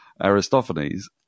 aristophanes